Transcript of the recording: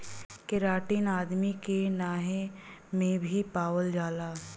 keratin आदमी के नहे में भी पावल जाला